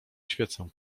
świecę